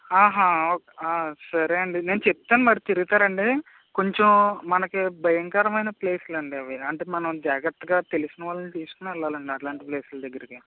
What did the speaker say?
ఒ సరే అండి నేను చెప్తాను మరి తిరుగుతారా అండి కొంచెం మనకి భయంకరమైన ప్లేసులు అండి అవి అంటే మనం జాగ్రత్తగా తెలిసినవాళ్ళని తీసుకుని వెళ్ళాలండి అలాంటి ప్లేసులు దగ్గరకి